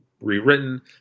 rewritten